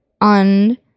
on